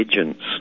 agents